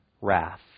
wrath